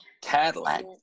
Cadillac